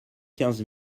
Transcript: quinze